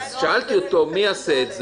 כששאלתי אותו מי יעשה את זה,